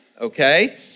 okay